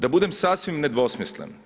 Da budem sasvim nedvosmislen.